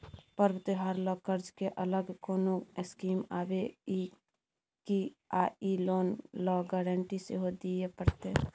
पर्व त्योहार ल कर्ज के अलग कोनो स्कीम आबै इ की आ इ लोन ल गारंटी सेहो दिए परतै?